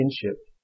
kinship